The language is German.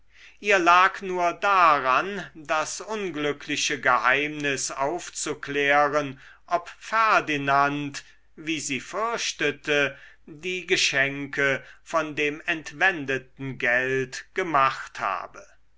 ihr lag nur daran das unglückliche geheimnis aufzuklären ob ferdinand wie sie fürchtete die geschenke von dem entwendeten geld gemacht habe